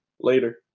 later